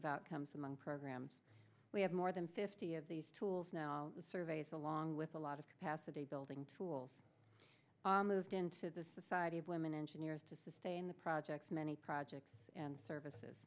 about comes among programs we have more than fifty of these tools now all the surveys along with a lot of capacity building tools are moved into the society of women engineers to stay in the projects many projects and services